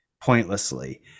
pointlessly